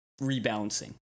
rebalancing